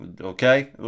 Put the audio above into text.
Okay